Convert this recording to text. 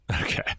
Okay